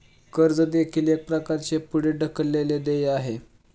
कर्ज देखील एक प्रकारचे पुढे ढकललेले देय आहे